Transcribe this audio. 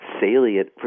salient